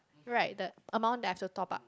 right the amount that I have to top up